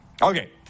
okay